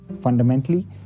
fundamentally